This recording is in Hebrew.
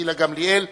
גילה גמליאל,